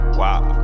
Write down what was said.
wow